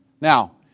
Now